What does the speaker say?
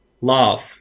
Love